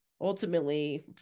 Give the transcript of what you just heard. ultimately